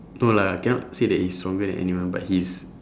no lah cannot say that he's stronger than anyone but he's